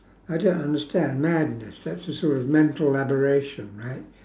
I don't understand madness that's a sort of mental aberration right